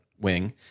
wing